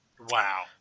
Wow